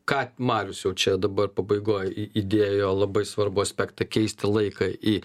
ką marius jau čia dabar pabaigoj į įdėjo labai svarbų aspektą keisti laiką į